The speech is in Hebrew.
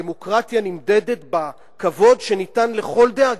הדמוקרטיה נמדדת בכבוד שניתן לכל דעה,